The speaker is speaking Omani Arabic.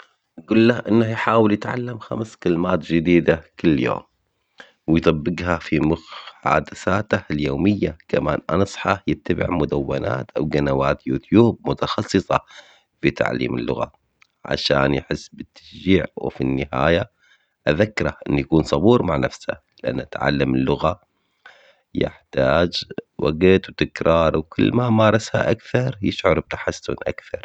قل له انه يحاول يتعلم خمس كلمات جديدة كل يوم. ويطبقها في مخ عدساته اليومية. كمان انصحه يتبع مدونات او قنوات يوتيوب متخصصة. بتعليم اللغة. عشان يحس بالتشجيع وفي النهاية. اذكره انه يكون صبور مع نفسه لا نتعلم اللغة يحتاج وقت وتكرار وكل ما مارسها اكثر يشعر بتحسن اكثر